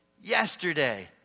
yesterday